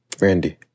Randy